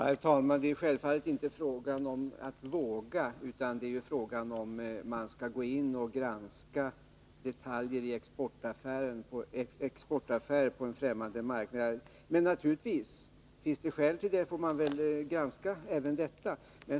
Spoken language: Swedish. Herr talman! Det är självfallet inte fråga om att våga, utan det är fråga om huruvida man skall gå in och granska detaljer i exportaffärer på en främmande marknad. Men om det finns skäl därtill, får man naturligtvis granska även detta.